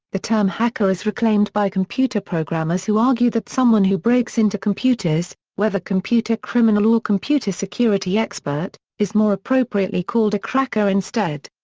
the term hacker is reclaimed by computer programmers who argue that someone who breaks into computers, whether computer criminal or computer security expert, is more appropriately called a cracker instead.